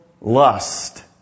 lust